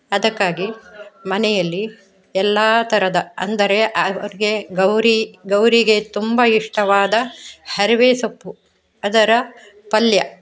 ಅದಕ್ಕಾಗಿ ಮನೆಯಲ್ಲಿ ಎಲ್ಲ ಥರದ ಅಂದರೆ ಅವ್ರಿಗೆ ಗೌರಿ ಗೌರಿಗೆ ತುಂಬ ಇಷ್ಟವಾದ ಅರಿವೆ ಸೊಪ್ಪು ಅದರ ಪಲ್ಯ